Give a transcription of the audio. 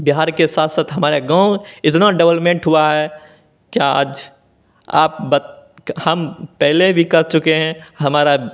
बिहार के साथ साथ हमारे गाँव इतना डबलमेंट हुआ है कि आज आप बत हम पहले भी कह चुके हैं हमारा